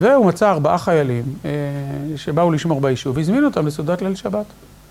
והוא מצא ארבעה חיילים שבאו לשמור ביישוב והזמין אותם לסעודת ליל שבת.